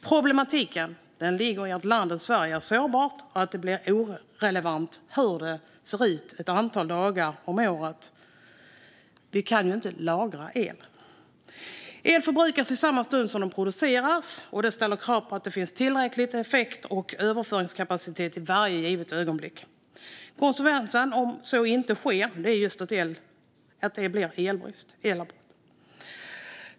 Problematiken ligger i att landet Sverige är sårbart och att det blir irrelevant hur det ser ut ett antal dagar om året. Vi kan ju inte lagra el. El förbrukas i samma stund som den produceras. Det ställer krav på att det finns tillräcklig effekt och överföringskapacitet i varje givet ögonblick. Om så inte sker blir det elavbrott.